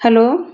hello